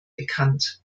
bekannt